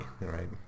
right